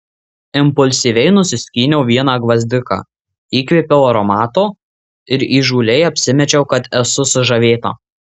impulsyviai nusiskyniau vieną gvazdiką įkvėpiau aromato ir įžūliai apsimečiau kad esu sužavėta